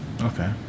Okay